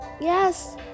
Yes